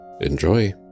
Enjoy